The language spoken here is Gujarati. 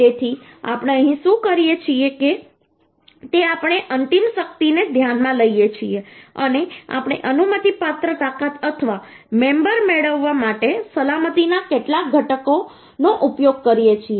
તેથી આપણે અહીં શું કરીએ છીએ તે આપણે અંતિમ શક્તિને ધ્યાનમાં લઈએ છીએ અને આપણે અનુમતિપાત્ર તાકાત અથવા મેમબરમેળવવા માટે સલામતીના કેટલાક ઘટક નો ઉપયોગ કરીએ છીએ